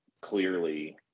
clearly